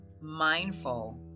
mindful